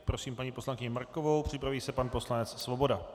Prosím paní poslankyni Markovou, připraví se pan poslanec Svoboda.